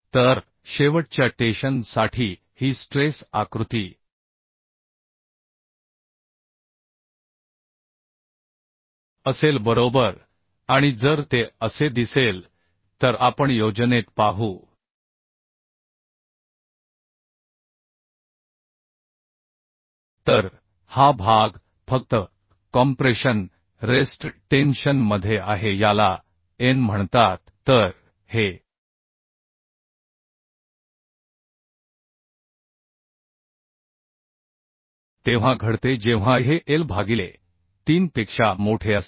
तर शेवटच्या टेशन साठी ही स्ट्रेस आकृती असेल बरोबर आणि जर ते असे दिसेल तर आपण योजनेत पाहू तर हा भाग फक्त कॉम्प्रेशन रेस्ट टेन्शन मध्ये आहे याला n म्हणतात तर हे तेव्हा घडते जेव्हा e हे l भागिले 3 पेक्षा मोठे असते